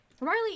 Riley